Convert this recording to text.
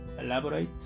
elaborate